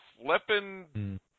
flipping